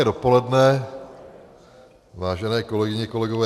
Hezké dopoledne, vážené kolegyně, kolegové.